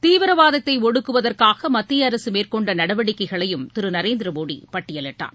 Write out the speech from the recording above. தீவிரவாதத்தை ஒடுக்குவதற்காக மத்திய அரசு மேற்கொண்ட நடவடிக்கைகளையும் திரு நரேந்திர மோடி பட்டியலிட்டார்